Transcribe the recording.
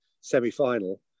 semi-final